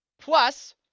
Plus